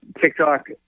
TikTok